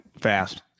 fast